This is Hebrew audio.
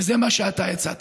וזה מה שאתה יצאת.